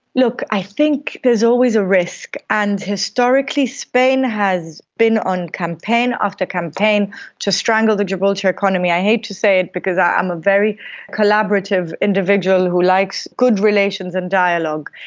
look, i think there's always a risk, and historically spain has been on campaign after campaign to strangle the gibraltar economy. i hate to say it because i am a very collaborative individual who likes good relations and dialogue.